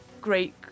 great